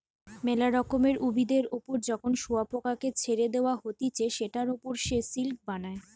মেলা রকমের উভিদের ওপর যখন শুয়োপোকাকে ছেড়ে দেওয়া হতিছে সেটার ওপর সে সিল্ক বানায়